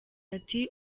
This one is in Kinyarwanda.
ati